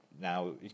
Now